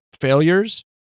failures